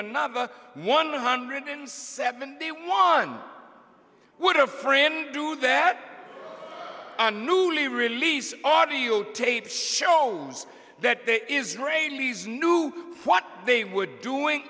another one hundred and seventy one what are friends do that a newly released audiotape shows that the israelis knew what they were doing